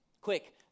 Quick